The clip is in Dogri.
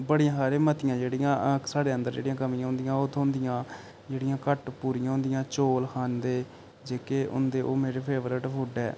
बड़े मतियां जेह्ड़ियां साढ़े अंदर जेह्डियां कमियां होंदियां ओह् थ्होंदियां जेह्ड़ियां घट्ट पूरियां चौल खंदे जेह्के होंदे ओह् मेरे फेवरेटहुड ऐ